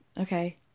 Okay